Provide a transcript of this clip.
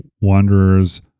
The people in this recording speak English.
wanderers